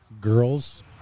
girls